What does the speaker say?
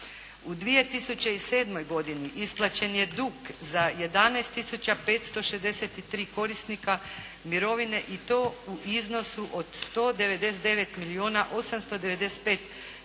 U 2007. godini isplaćen je dug za 11 tisuća 563 korisnika mirovine i to u iznosu od 199 milijuna